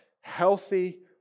healthy